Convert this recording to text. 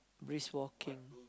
brisk walking